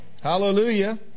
Hallelujah